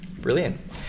brilliant